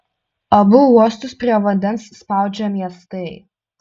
abu uostus prie vandens spaudžia miestai